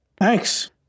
thanks